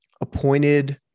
appointed